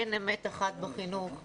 אין אמת אחת בחינוך,